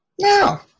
No